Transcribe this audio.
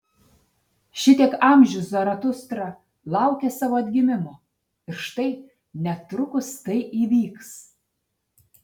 šitiek amžių zaratustra laukė savo atgimimo ir štai netrukus tai įvyks